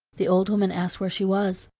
the old woman asked where she was.